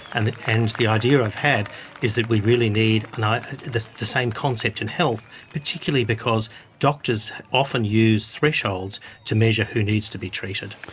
and the and the idea i've had is that we really need and the the same concept in health, particularly because doctors often use thresholds to measure who needs to be treated.